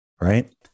Right